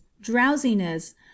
drowsiness